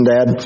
Dad